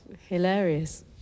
Hilarious